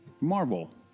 Marvel